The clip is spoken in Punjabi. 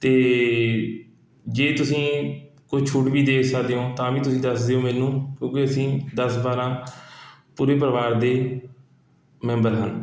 ਅਤੇ ਜੇ ਤੁਸੀਂ ਕੋਈ ਛੂਟ ਵੀ ਦੇ ਸਕਦੇ ਹੋ ਤਾਂ ਵੀ ਤੁਸੀਂ ਦੱਸ ਦਿਓ ਮੈਨੂੰ ਕਿਉਂਕਿ ਅਸੀਂ ਦਸ ਬਾਰ੍ਹਾਂ ਪੂਰੇ ਪਰਿਵਾਰ ਦੇ ਮੈਂਬਰ ਹਨ